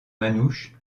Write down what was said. manouche